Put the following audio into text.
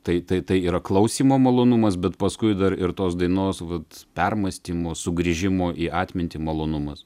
tai tai tai yra klausymo malonumas bet paskui dar ir tos dainos vat permąstymo sugrįžimo į atmintį malonumas